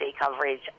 coverage